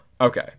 Okay